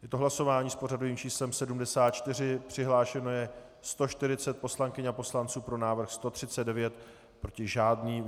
Je to hlasování s pořadovým číslem 74, přihlášeno je 140 poslankyň a poslanců, pro návrh 139, proti žádný.